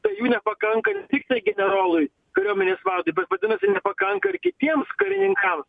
tai jų nepakanka ne tiktai generolui kariuomenės vadui bet vadinasi nepakanka ir kitiems karininkams